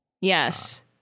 Yes